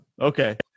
Okay